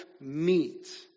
meet